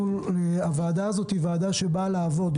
הוועדה הזאת היא ועדה שבאה לעבוד.